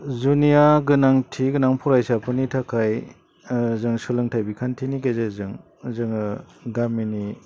जुनिया गोनांथि गोनां फरायसाफोरनि थाखाय जों सोलोंथाइ बिखान्थिनि गेजेरजों जोङो गामिनि